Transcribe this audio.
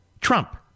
Trump